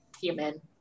human